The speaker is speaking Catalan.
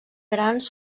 grans